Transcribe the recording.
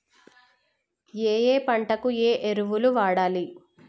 ఏయే పంటకు ఏ ఎరువులు వాడాలి?